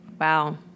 Wow